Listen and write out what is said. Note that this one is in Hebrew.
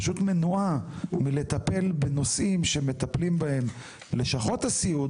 פשוט מנועה מלטפל בנושאים שמטפלים בהם לשכות הסיעוד,